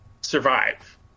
survive